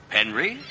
Henry